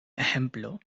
ejemplo